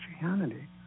Christianity